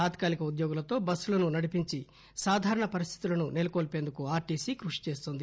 తాత్కాలిక ఉద్యోగులతో బస్సులను నడిపించి సాధారణ పరిస్థితులను నెలకొల్పేందుకు ఆర్టీసీ కృషి చేస్తోంది